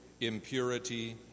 impurity